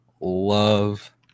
love